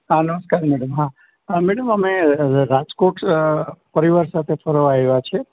હા નમસ્કાર મેડમ હા મેડમ અમે રાજકોટ પરિવાર સાથે ફરવા આયવા છે